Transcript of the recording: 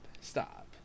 Stop